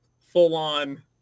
full-on